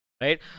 right